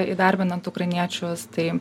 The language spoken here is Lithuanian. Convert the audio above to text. įdarbinant ukrainiečius tai